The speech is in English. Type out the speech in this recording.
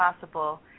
possible